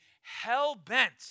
hell-bent